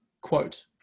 quote